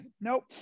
nope